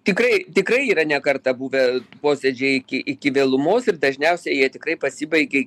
tikrai tikrai yra ne kartą buvę posėdžiai iki iki vėlumos ir dažniausiai jie tikrai pasibaigia